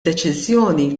deċiżjoni